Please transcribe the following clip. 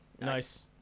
Nice